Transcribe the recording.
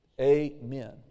Amen